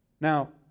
Now